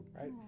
right